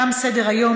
תם סדר-היום.